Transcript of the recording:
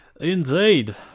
Indeed